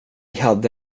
hade